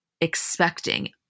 expecting